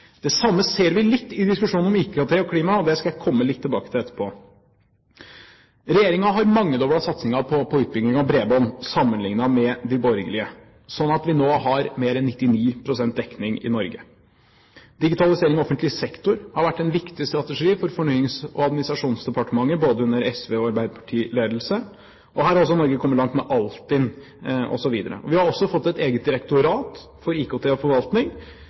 Det samme ser vi litt av i diskusjonen om IKT og klima, og det skal jeg komme litt tilbake til etterpå. Regjeringen har mangedoblet satsingen på utbygging av bredbånd sammenlignet med de borgerlige, slik at vi nå har mer enn 99 pst. dekning i Norge. Digitalisering av offentlig sektor har vært en viktig strategi for Fornyings- og administrasjonsdepartementet både under SVs og Arbeiderpartiets ledelse. Her har også Norge kommet langt med Altinn osv. Vi har også fått et eget direktorat for IKT og forvaltning,